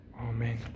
Amen